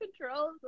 control